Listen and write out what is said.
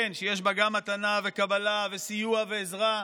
כן, שיש בה גם מתנה וקבלה של סיוע ועזרה,